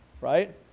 right